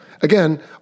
Again